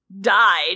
died